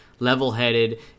level-headed